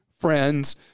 friends